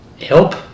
help